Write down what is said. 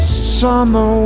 summer